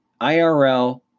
irl